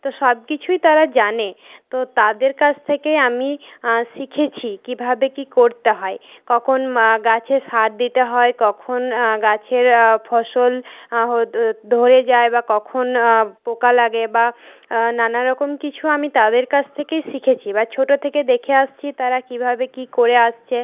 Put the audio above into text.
তো সবকিছুই তারা জানে তো তাদের কাছ থেকে আমি শিখেছি কীভাবে কী করতে হয় কখন গাছে সার দিতে হয় কখন গাছের ফসল ধরে যায় বা কখন পোকা লাগে বা নানারকম কিছু আমি তাদের কাছ থেকেই শিখেছি এবার ছোটোর থেকে দেখে আসছি তারা কীভাবে কী করে আসছে